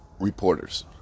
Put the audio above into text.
reporters